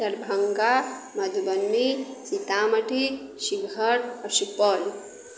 दरभङ्गा मधुबनी सीतामढ़ी शिवहर आ सुपौल